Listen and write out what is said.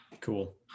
Cool